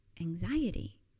anxiety